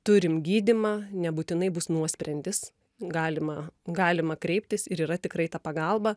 turim gydymą nebūtinai bus nuosprendis galima galima kreiptis ir yra tikrai ta pagalba